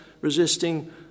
resisting